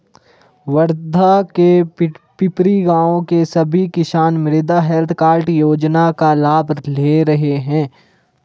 वर्धा के पिपरी गाँव के सभी किसान मृदा हैल्थ कार्ड योजना का लाभ ले रहे हैं